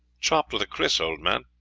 chopped with a kris, old man.